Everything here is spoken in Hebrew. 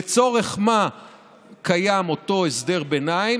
לצורך מה קיים אותו הסדר ביניים?